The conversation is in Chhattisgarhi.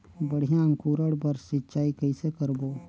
बढ़िया अंकुरण बर सिंचाई कइसे करबो?